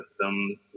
systems